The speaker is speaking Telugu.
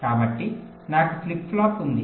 కాబట్టి నాకు ఫ్లిప్ ఫ్లాప్ ఉంది